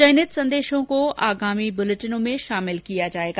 चयनित संदेशों को आगामी बुलेटिनों में शामिल किया जाएगा